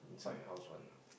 inside house [one]